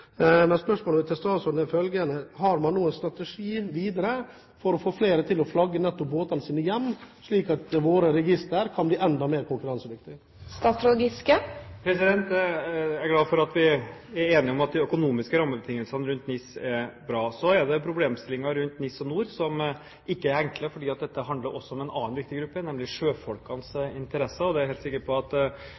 Spørsmålet mitt til statsråden er følgende: Har man nå en strategi videre for å få flere til å flagge båtene sine hjem, slik at våre registre kan bli enda mer konkurransedyktige? Jeg er glad for at vi er enige om at de økonomiske rammebetingelsene rundt NIS er bra. Så er det problemstillingen rundt NIS og NOR, som ikke er enkle, for dette handler også om en annen viktig gruppe, nemlig sjøfolkenes interesser. Jeg er helt sikker på at